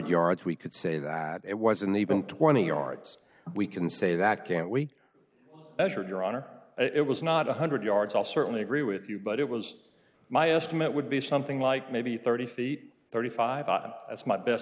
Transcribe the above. yards we could say that it was in the even twenty yards we can say that can't we measure your honor it was not one hundred yards i'll certainly agree with you but it was my estimate would be something like maybe thirty feet thirty five that's my best